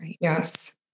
Yes